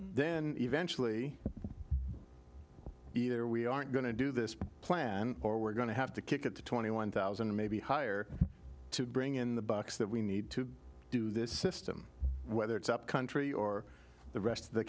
then eventually either we aren't going to do this plan or we're going to have to kick it to twenty one thousand maybe higher to bring in the bucks that we need to do this system whether it's upcountry or the rest of the